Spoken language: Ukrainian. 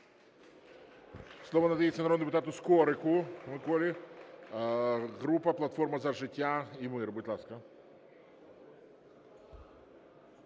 Слово надається народному депутату Скорику Миколі, група "Платформа за життя та мир", будь ласка.